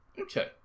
Okay